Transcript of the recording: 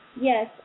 yes